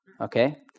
okay